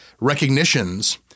recognitions